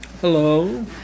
Hello